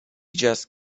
just